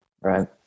Right